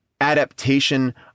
adaptation